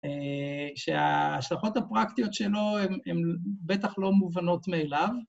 שההשלכות הפרקטיות שלו הן בטח לא מובנות מאליו.